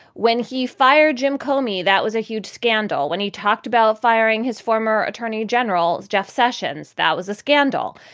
when he fired jim comey, that was a huge scandal when he talked about firing his former attorney general, jeff sessions. that was a scandal.